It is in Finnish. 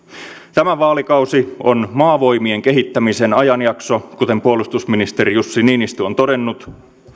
tämä vaalikausi on maavoimien kehittämisen ajanjakso kuten puolustusministeri jussi niinistö on todennut